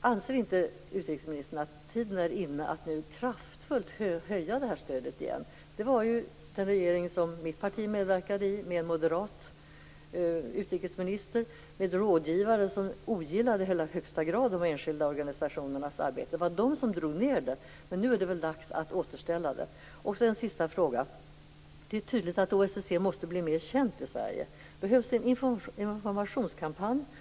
Anser inte utrikesministern att tiden är inne för att nu kraftfullt höja detta stöd igen? Det var ju den regering som mitt parti medverkade i, med en moderat utrikesminister och med rådgivare som i högsta grad ogillade de enskilda organisationernas arbete, som drog ned stödet. Men nu är det väl dags att återställa det? Jag har en sista fråga. Det är tydligt att OSSE måste bli mer känt i Sverige. Det behövs en informationskampanj.